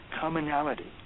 commonality